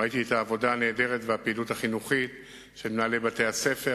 ראיתי את העבודה הנהדרת ואת הפעילות החינוכית של מנהלי בתי-הספר,